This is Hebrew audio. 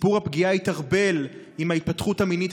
סיפור הפגיעה התערבל עם ההתפתחות המינית